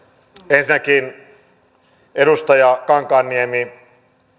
ensinnäkin edustaja kankaanniemi